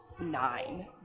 nine